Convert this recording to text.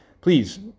please